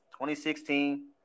2016